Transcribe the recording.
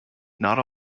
not